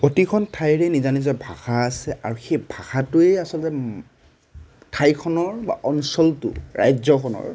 প্ৰতিখন ঠাইৰে নিজা নিজা ভাষা আছে আৰু সেই ভাষাটোৱেই আচলতে ঠাইখনৰ বা অঞ্চলটোৰ ৰাজ্যখনৰ